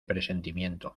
presentimiento